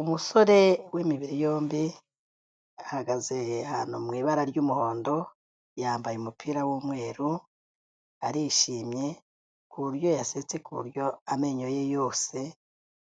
Umusore w'imibiri yombi, ahagaze ahantu mu ibara ry'umuhondo, yambaye umupira w'umweru, arishimye ku buryo yasetse ku buryo amenyo ye yose